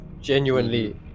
genuinely